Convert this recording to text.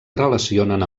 relacionen